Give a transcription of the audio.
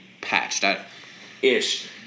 patched-ish